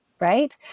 Right